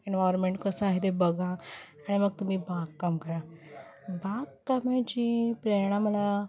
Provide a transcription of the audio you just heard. environment कसं आहे ते बघा आणि मग तुम्ही बागकाम करा बागकामाची प्रेरणा मला